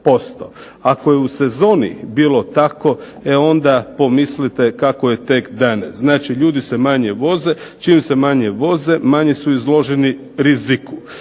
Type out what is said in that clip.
Ako je u sezoni bilo tako onda pomislite kako je danas. Znači ljudi se manje voze, čim se manje voze manje su izloženi riziku.